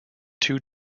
two